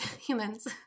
humans